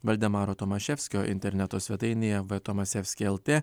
valdemaro tomaševskio interneto svetainėje v tomasevski lt